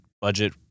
budget